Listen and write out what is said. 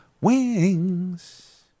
wings